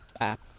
app